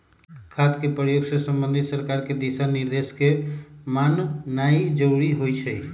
खाद के प्रयोग से संबंधित सरकार के दिशा निर्देशों के माननाइ जरूरी होइ छइ